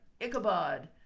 Ichabod